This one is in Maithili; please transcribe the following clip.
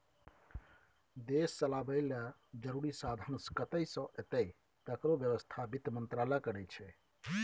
देश चलाबय लेल जरुरी साधंश कतय सँ एतय तकरो बेबस्था बित्त मंत्रालय करै छै